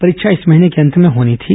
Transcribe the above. परीक्षा इस महीने के अंत में होनी थी